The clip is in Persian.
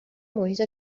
محیط